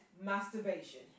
masturbation